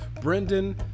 Brendan